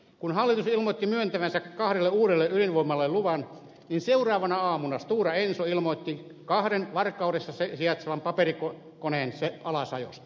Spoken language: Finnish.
kun hallitus ilmoitti myöntävänsä kahdelle uudelle ydinvoimalalle luvan niin seuraavana aamuna stora enso ilmoitti kahden varkaudessa sijaitsevan paperikoneen alasajosta